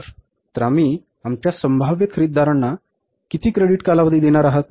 तर आम्ही आमच्या संभाव्य खरेदीदारांना किती क्रेडिट कालावधी देणार आहोत